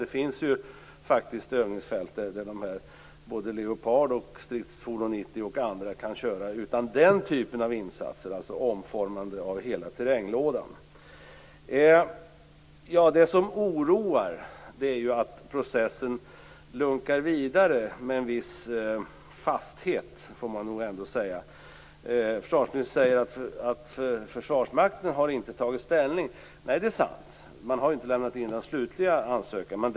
Det finns faktiskt övningsfält där både Leopard, Stridsfordon 90 och andra kan köra utan den typen av insatser, dvs. omformande av hela terränglådan. Det som oroar är att processen lunkar vidare med en viss fasthet, får man nog ändå säga. Försvarsministern säger att Försvarsmakten inte har tagit ställning. Nej, det är sant. Den slutliga ansökan har inte lämnats in.